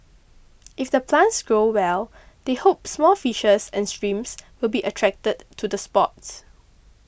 if the plants grow well they hope small fishes and shrimps will be attracted to the spot